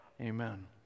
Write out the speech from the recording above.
Amen